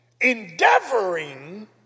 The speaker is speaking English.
Endeavoring